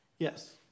Yes